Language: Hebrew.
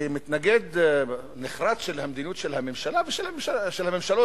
כמתנגד נחרץ של המדיניות של הממשלה ושל הממשלות